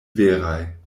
veraj